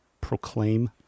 proclaim